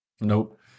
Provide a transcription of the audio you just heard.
Nope